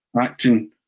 acting